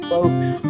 Folks